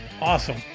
Awesome